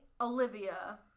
olivia